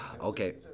Okay